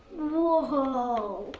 whoa